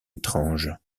étrange